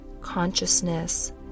consciousness